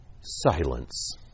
silence